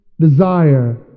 desire